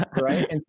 Right